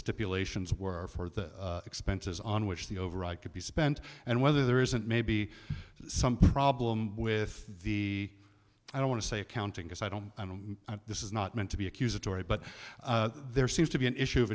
stipulations were for the expenses on which the override could be spent and whether there isn't may be some problem with the i don't want to say accounting because i don't know this is not meant to be accusatory but there seems to be an issue of